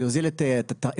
יוזיל את התחזוקה,